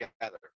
together